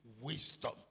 wisdom